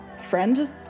friend